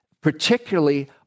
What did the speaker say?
particularly